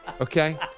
Okay